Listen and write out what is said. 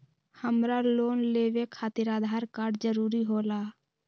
हमरा लोन लेवे खातिर आधार कार्ड जरूरी होला?